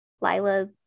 Lila